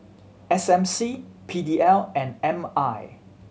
S M C P D L and M I